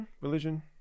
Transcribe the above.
Religion